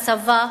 הצבא,